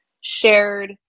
shared